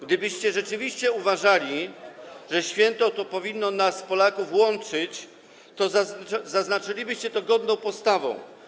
Gdybyście rzeczywiście uważali, że święto to powinno nas, Polaków, łączyć, to zaznaczylibyście to godną postawą.